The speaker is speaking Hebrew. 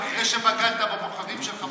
אחרי שבגדת בבוחרים שלך?